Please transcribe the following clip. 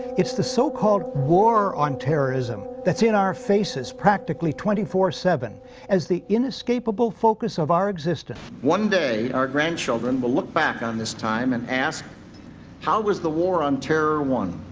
it's the so-called war on terrorism that's in our faces practically twenty four seven as the inescapable focus of our existence. one day our grandchildren will look back on this time and ask how was the war on terror won?